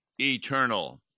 eternal